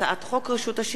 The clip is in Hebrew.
הצעת חוק הביטוח הלאומי